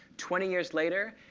twenty years later,